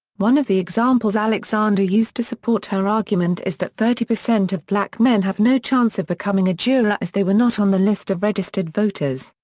one of the examples alexander used to support her argument is that thirty percent of black men have no chance of becoming a juror as they were not on the list of registered voters.